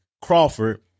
Crawford